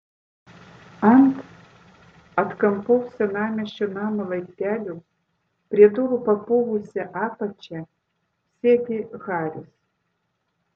ant atkampaus senamiesčio namo laiptelių prie durų papuvusia apačia sėdi haris